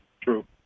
True